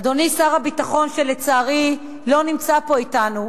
אדוני שר הביטחון, שלצערי לא נמצא פה אתנו,